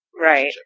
Right